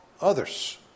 others